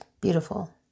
Beautiful